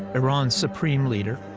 iran's supreme leader,